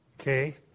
okay